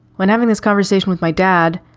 when having this conversation with my dad,